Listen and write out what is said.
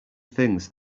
things